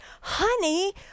honey